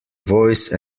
voice